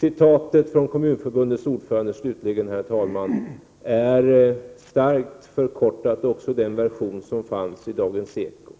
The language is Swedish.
Citatet från intervjun med Kommunförbundets ordförande är starkt förkortat även i Dagens ekos version.